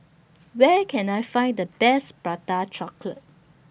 Where Can I Find The Best Prata Chocolate